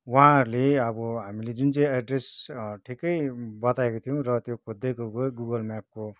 उहाँहरूले अब हामीले जुन चाहिँ एड्रेस ठिक्कै बताएको थियौँ र त्यो खोज्दै गए गुगल म्यापको